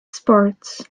sports